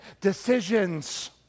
decisions